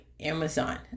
Amazon